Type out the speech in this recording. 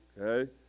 okay